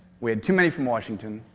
we had too many from washington,